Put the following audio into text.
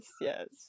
yes